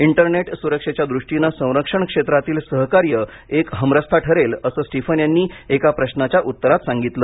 internet सुरक्षेच्या दृष्टीने संरक्षण क्षेत्रातील सहकार्य एक हमरस्ता ठरेल असं स्टीफन यांनी एका प्रशाच्या उत्तरात सांगितलं